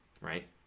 right